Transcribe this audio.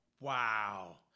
Wow